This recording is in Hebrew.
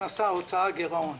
הכנסה-הוצאה-גירעון.